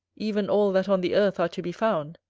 even all that on the earth are to be found,